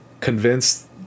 convinced